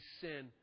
sin